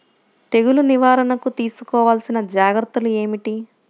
తెగులు నివారణకు తీసుకోవలసిన జాగ్రత్తలు ఏమిటీ?